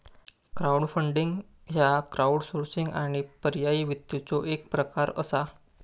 crowdfunding ह्य crowdsourcing आणि पर्यायी वित्ताचो एक प्रकार असा